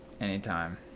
anytime